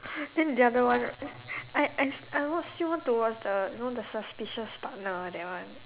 then the other one right I I I watch still want to watch the you know the suspicious partner that one